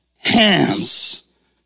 Hands